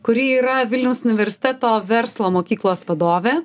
kuri yra vilniaus universiteto verslo mokyklos vadovė